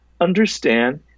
understand